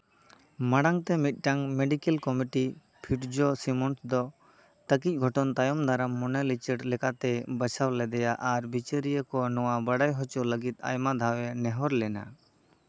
ᱢᱟᱬᱟᱝ ᱛᱮ ᱢᱤᱫᱴᱟᱝ ᱢᱮᱰᱤᱠᱮᱞ ᱠᱚᱢᱤᱴᱤ ᱯᱷᱤᱰᱡᱚ ᱥᱤᱢᱩᱱᱛᱷ ᱫᱚ ᱛᱟᱹᱠᱤᱪ ᱜᱷᱚᱴᱚᱱ ᱛᱟᱭᱚᱢ ᱫᱟᱨᱟᱢ ᱢᱚᱱᱮ ᱞᱤᱪᱟᱹᱲ ᱞᱮᱠᱟᱛᱮ ᱵᱟᱪᱷᱟᱣ ᱞᱮᱫᱮᱭᱟ ᱟᱨ ᱵᱤᱪᱟᱹᱨᱤᱭᱟᱹ ᱠᱚ ᱱᱚᱣᱟ ᱵᱟᱲᱟᱭ ᱦᱚᱪᱚ ᱞᱟᱹᱜᱤᱫ ᱟᱭᱢᱟ ᱫᱷᱟᱣᱮ ᱱᱮᱦᱚᱨ ᱞᱮᱱᱟ